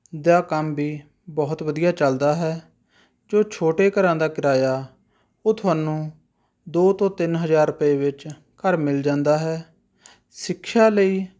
ਦਾ ਕੰਮ ਵੀ ਬਹੁਤ ਵਧੀਆ ਚੱਲਦਾ ਹੈ ਜੋ ਛੋਟੇ ਘਰਾਂ ਦਾ ਕਿਰਾਇਆ ਓਹ ਤੁਹਾਨੂੰ ਦੋ ਤੋਂ ਤਿੰਨ ਹਜ਼ਾਰ ਰੁਪਏ ਵਿੱਚ ਘਰ ਮਿਲ ਜਾਂਦਾ ਹੈ ਸਿੱਖਿਆ ਲਈ